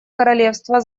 королевства